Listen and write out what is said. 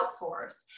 outsource